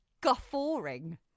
guffawing